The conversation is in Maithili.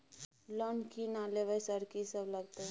लोन की ना लेबय सर कि सब लगतै?